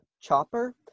Chopper